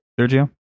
Sergio